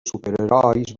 superherois